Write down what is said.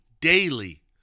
daily